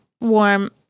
warm